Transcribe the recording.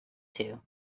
two